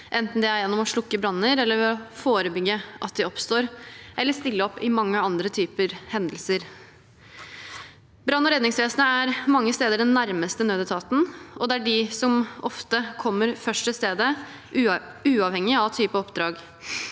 det er gjennom å slukke branner, ved å forebygge at de oppstår, eller ved å stille opp i mange andre typer hendelser. Brann- og redningsvesenet er mange steder den nærmeste nødetaten, og det er de som ofte kommer først til stedet, uavhengig av type oppdrag.